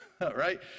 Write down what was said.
right